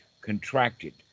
contracted